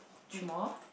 two more